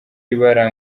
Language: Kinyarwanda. ibara